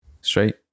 Straight